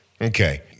Okay